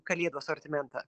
kalėdų asortimentą